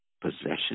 possession